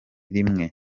rimwe